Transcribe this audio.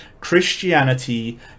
Christianity